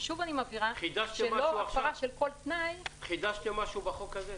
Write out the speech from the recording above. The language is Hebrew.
ושוב אני מבהירה שלא הפרה של כל תנאי -- חידשתם משהו בחוק הזה?